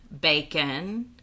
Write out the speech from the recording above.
bacon